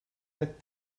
that